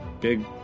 big